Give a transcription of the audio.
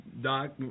Doc